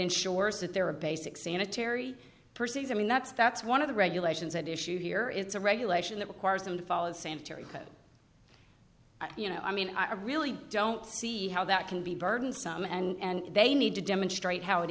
ensures that there are basic sanitary percy's i mean that's that's one of the regulations at issue here is a regulation that requires them to follow the sanitary code you know i mean i really don't see how that can be burdensome and they need to demonstrate how it